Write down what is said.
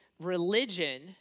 religion